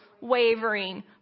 wavering